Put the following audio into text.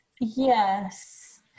yes